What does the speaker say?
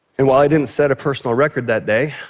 and while i didn't set a personal record that day,